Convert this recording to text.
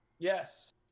Yes